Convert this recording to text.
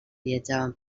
viatjaven